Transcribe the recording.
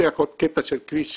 פותח עוד קטע של כביש 6,